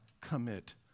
commit